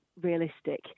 realistic